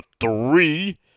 three